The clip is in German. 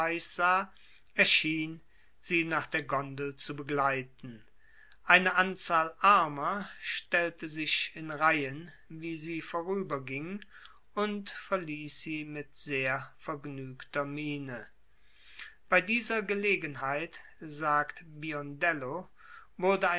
sie nach der gondel zu begleiten eine anzahl armer stellte sich in reihen wie sie vorüberging und verließ sie mit sehr vergnügter miene bei dieser gelegenheit sagt